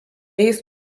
jis